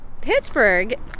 Pittsburgh